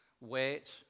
weight